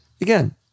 again